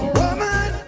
woman